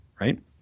right